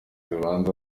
z’ibanze